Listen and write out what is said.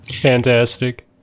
Fantastic